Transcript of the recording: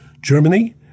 Germany